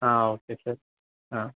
હા okay sir હા